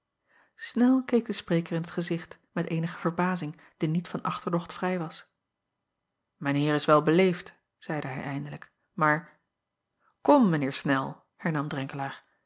nel keek den spreker in t gezicht met eenige verbazing die niet van achterdocht vrij was ijn eer is wel beleefd zeide hij eindelijk maar om mijn eer nel hernam